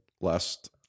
last